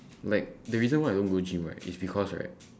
like the reason why I don't go gym right is because right